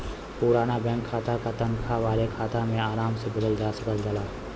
पुराना बैंक खाता क तनखा वाले खाता में आराम से बदलल जा सकल जाला